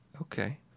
Okay